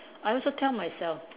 I also tell myself